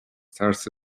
ترس